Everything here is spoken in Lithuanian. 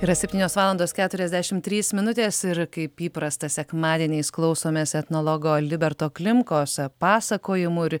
yra septynios valandos keturiasdešim trys minutės ir kaip įprasta sekmadieniais klausomės etnologo liberto klimkos pasakojimų ir